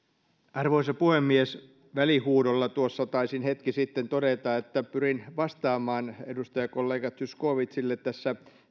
arvoisa puhemies välihuudolla tuossa taisin hetki sitten todeta että pyrin vastaamaan edustajakollega zyskowiczille tässä